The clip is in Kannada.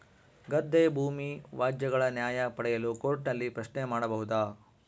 ಗದ್ದೆ ಭೂಮಿ ವ್ಯಾಜ್ಯಗಳ ನ್ಯಾಯ ಪಡೆಯಲು ಕೋರ್ಟ್ ನಲ್ಲಿ ಪ್ರಶ್ನೆ ಮಾಡಬಹುದಾ?